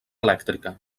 elèctrica